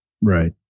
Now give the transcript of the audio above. Right